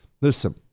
Listen